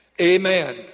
Amen